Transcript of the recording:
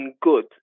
good